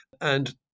And-